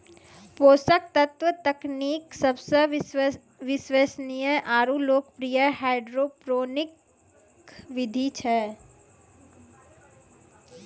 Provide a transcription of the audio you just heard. पोषक तत्व तकनीक सबसे विश्वसनीय आरु लोकप्रिय हाइड्रोपोनिक विधि छै